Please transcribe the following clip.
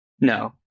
No